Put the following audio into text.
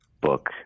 book